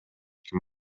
ким